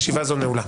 ישיבה זו נעולה.